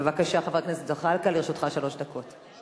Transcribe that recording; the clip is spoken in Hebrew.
בבקשה, חבר הכנסת זחאלקה, לרשותך שלוש דקות.